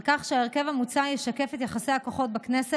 ניסינו להקפיד ככל האפשר על כך שההרכב המוצע ישקף את יחסי הכוחות בכנסת,